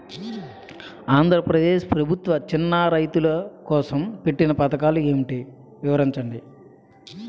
ఆంధ్రప్రదేశ్ ప్రభుత్వ చిన్నా రైతుల కోసం పెట్టిన పథకాలు వివరించండి?